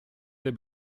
der